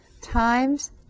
times